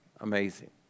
amazing